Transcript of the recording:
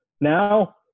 Now